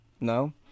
no